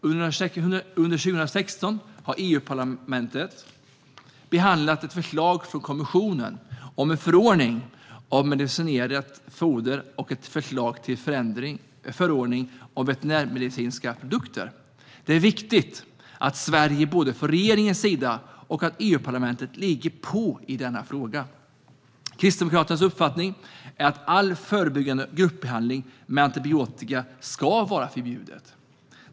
Under 2016 har EU-parlamentet behandlat ett förslag från kommissionen om en förordning om medicinerat foder och ett förslag till förordning om veterinärmedicinska produkter. Det är viktigt att både Sveriges regering och EU-parlamentet ligger på i denna fråga. Kristdemokraternas uppfattning är att all förebyggande gruppbehandling med antibiotika ska vara förbjuden.